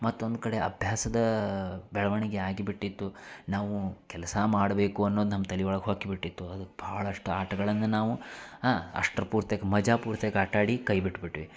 ಮತ್ತೊಂದುಕಡೆ ಅಭ್ಯಾಸದ ಬೆಳವಣಿಗೆ ಆಗಿಬಿಟ್ಟಿತ್ತು ನಾವು ಕೆಲಸ ಮಾಡಬೇಕು ಅನ್ನೋದು ನಮ್ಮ ತಲೆ ಒಳಗೆ ಹೊಕ್ಕಿಬಿಟ್ಟಿತ್ತು ಅದು ಭಾಳಷ್ಟು ಆಟಗಳನ್ನು ನಾವು ಹಾಂ ಅಷ್ಟು ಪೂರ್ತಿಯಾಗಿ ಮಜಾ ಪೂರ್ತಿಯಾಗಿ ಆಟಾಡಿ ಕೈ ಬಿಟ್ಟುಬಿಟ್ವಿ